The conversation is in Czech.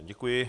Děkuji.